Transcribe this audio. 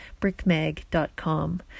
brickmag.com